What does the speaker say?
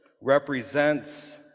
represents